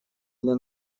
для